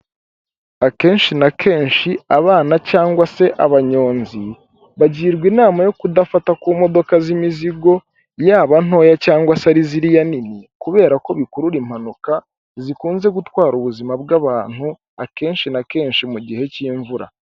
Akenshi na kenshi abana, cyangwa se abanyonzi bagirwa inama yo kudafata ku modoka z'imizigo yaba ntoya, cyangwa se ari ziriya nini kubera ko bikurura impanuka zikunze gutwara ubuzima bw'abantu akenshi na kenshi mu gihe cy'imvura.